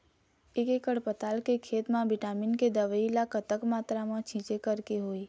एक एकड़ पताल के खेत मा विटामिन के दवई ला कतक मात्रा मा छीचें करके होही?